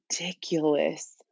ridiculous